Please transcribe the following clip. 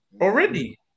Already